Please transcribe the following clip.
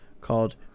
called